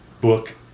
book